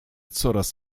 coraz